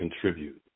contribute